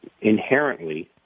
inherently